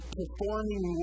performing